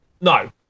No